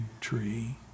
tree